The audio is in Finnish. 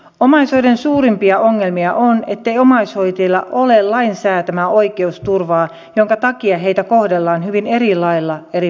omaishoidon suurimpia ongelmia on ettei omaishoitajilla ole lain säätämää oikeusturvaa minkä takia heitä kohdellaan hyvin eri lailla eri puolilla suomea